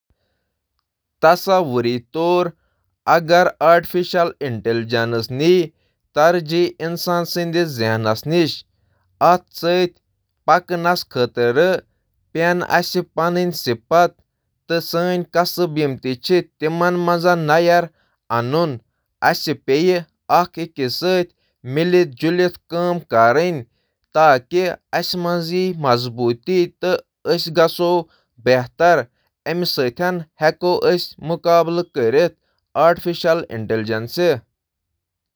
تصور کٔرِو، اگر اکھ یژھ دنیا ییتہٕ مصنوعی ذہانت چِھ انسٲنی ذہانت پتھ تراومت۔ اسہِ چُھ پنٕنۍ خصوصیات زیادٕ بہتر بناوٕنۍ تہٕ اسہِ چُھ اکھ أکِس سۭتۍ کٲم کرٕنۍ یُس طاقت تہٕ مضبوٗط بناوان تہٕ مصنوعی ذہانتس سۭتۍ مقابلہٕ کرِ۔